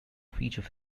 feature